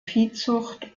viehzucht